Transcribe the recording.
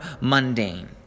mundane